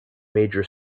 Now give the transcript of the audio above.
major